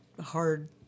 hard